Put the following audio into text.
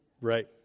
Right